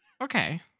Okay